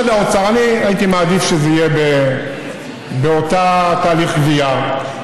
הייתי מעדיף שזה יהיה באותו תהליך גבייה,